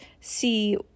see